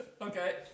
Okay